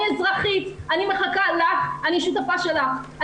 אני אזרחית, אני מחכה לך, אני שותפה שלך.